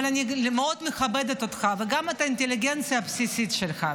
אבל אני מאוד מכבדת אותך וגם את האינטליגנציה הבסיסית שלך,